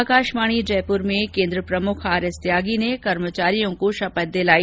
आकाशवाणी जयपुर में केन्द्र प्रमुख आर एस त्यागी ने कर्मचारियों को शपथ दिलाई